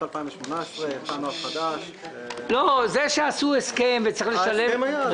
2018 יצא נוהל חדש --- אני מבין שצריך לשלם,